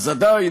עדיין,